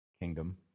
kingdom